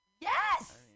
Yes